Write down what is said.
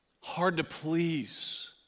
hard-to-please